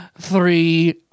three